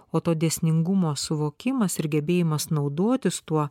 o to dėsningumo suvokimas ir gebėjimas naudotis tuo